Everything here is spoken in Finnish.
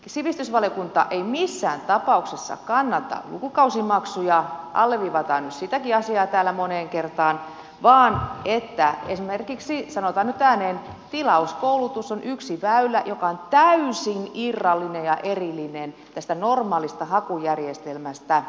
sivistysvaliokunta ei missään tapauksessa kannata lukukausimaksuja alleviivataan nyt sitäkin asiaa täällä moneen kertaan vaan esimerkiksi sanotaan nyt ääneen tilauskoulutus on yksi väylä joka on täysin irrallinen ja erillinen tästä normaalista hakujärjestelmästä